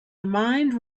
mind